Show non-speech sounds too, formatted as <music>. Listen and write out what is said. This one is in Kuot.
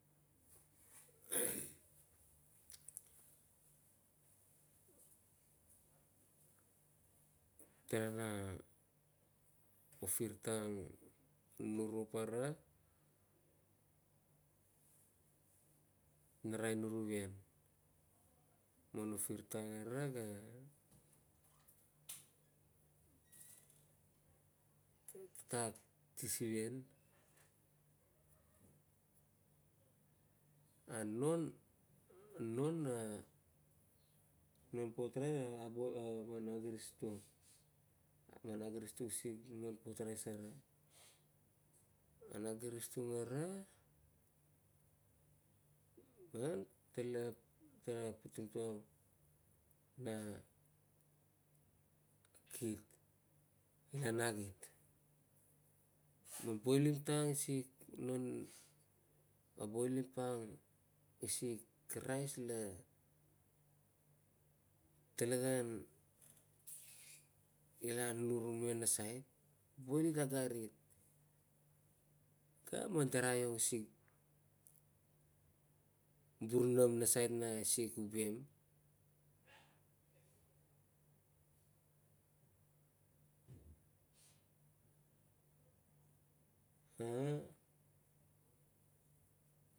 <noise> Terara, ofirtang nurup ara, narain nuruvien. Man ufirtang ara ga <noise> tatak tisivien. A non, non a, non pot rai abo o man agiristung. Man agiristung isik non pot rice ara. Man agiristung ara, ga tale tala a putim tung na kit, ila na kit. Man boilim tang isik non, aboilim pang isik rice la, talegan ila nur me nasait, boil it agarit. Ga man draiong isik burunang nasait na isik ubien <hesitation>